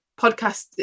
podcast